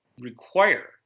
require